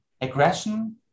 aggression